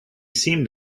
seemed